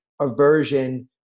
aversion